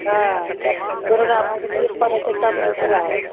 हँ दुर्गा माँ के जीभ पड़ैत छै तब जीतिआ होइत छै